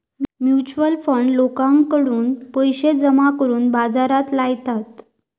mutual fund लोकांकडून पैशे जमा करून बाजारात लायतत